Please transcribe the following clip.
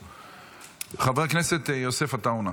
חבר הכנסת יוסף עטאונה.